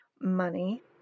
money